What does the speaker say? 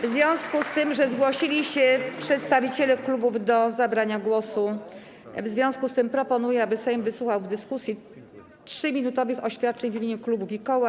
W związku z tym, że zgłosili się przedstawiciele klubów do zabrania głosu, proponuję, aby Sejm wysłuchał w dyskusji 3-minutowych oświadczeń w imieniu klubów i koła.